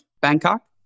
Bangkok